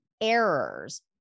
errors